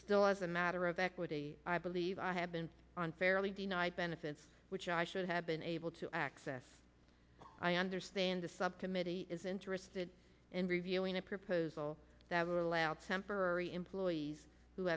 still as a matter of fact i believe i have been on fairly denied benefits which i should have been able to access i understand the subcommittee is interested in reviewing a proposal that would allow temporary employees who